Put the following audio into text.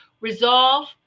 resolve